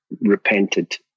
repented